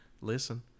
listen